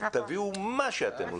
תביאו מה שאתם רוצים,